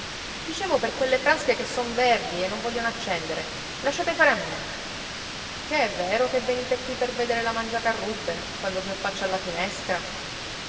dicevo per quelle frasche che son verdi e non vogliono accendere lasciate fare a me che è vero che venite qui per vedere la mangiacarrubbe quando si affaccia alla finestra